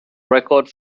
record